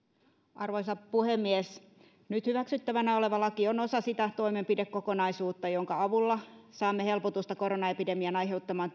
arvoisa puhemies nyt hyväksyttävänä oleva laki on osa sitä toimenpidekokonaisuutta jonka avulla saamme helpotusta koronaepidemian aiheuttamaan